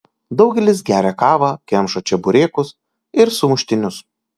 daugelis geria kavą kemša čeburekus ir sumuštinius